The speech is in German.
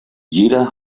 jeder